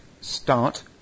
start